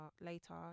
later